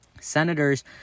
Senators